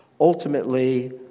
Ultimately